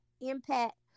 impact